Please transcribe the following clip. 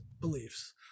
beliefs